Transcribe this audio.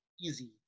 easy